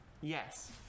Yes